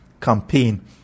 campaign